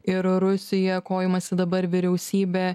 ir rusija ko imasi dabar vyriausybė